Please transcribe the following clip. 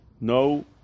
No